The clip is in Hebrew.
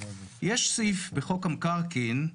יש סעיף בחוק המקרקעין,